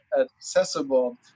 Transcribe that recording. accessible